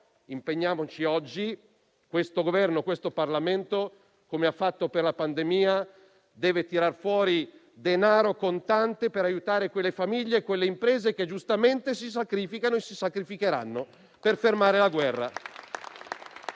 impegniamoci oggi. Il Governo e il Parlamento, come hanno fatto per la pandemia, devono tirare fuori denaro contante per aiutare quelle famiglie e quelle imprese che giustamente si sacrificano e si sacrificheranno per fermare la guerra.